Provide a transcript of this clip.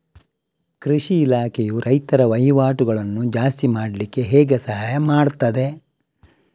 ಕೃಷಿ ಇಲಾಖೆಯು ರೈತರ ವಹಿವಾಟುಗಳನ್ನು ಜಾಸ್ತಿ ಮಾಡ್ಲಿಕ್ಕೆ ಹೇಗೆ ಸಹಾಯ ಮಾಡ್ತದೆ?